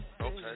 Okay